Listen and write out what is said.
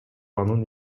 анын